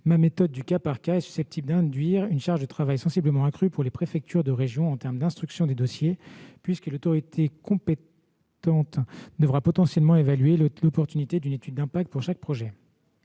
la méthode du cas par cas est susceptible d'induire une charge de travail sensiblement accrue pour les préfectures de région en termes d'instruction des dossiers, puisque l'autorité compétente devra potentiellement évaluer l'opportunité d'une étude d'impact pour chaque projet.